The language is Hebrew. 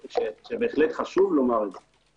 בהחלט חשוב לומר את זה,